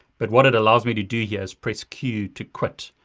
but what it allows me to do here is press q to quit.